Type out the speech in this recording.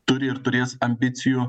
turi ir turės ambicijų